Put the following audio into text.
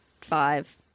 five